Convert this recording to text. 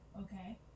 Okay